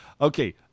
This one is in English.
Okay